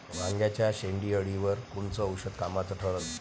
वांग्याच्या शेंडेअळीवर कोनचं औषध कामाचं ठरन?